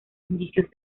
indicios